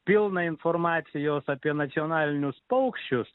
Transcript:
pilna informacijos apie nacionalinius paukščius